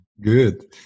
Good